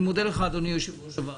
אני מודה לך אדוני יושב-ראש הוועדה,